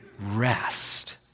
rest